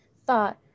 thought